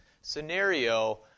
scenario